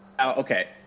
Okay